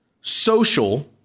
social